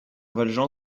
valjean